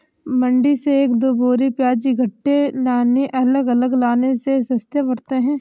मंडी से एक दो बोरी प्याज इकट्ठे लाने अलग अलग लाने से सस्ते पड़ते हैं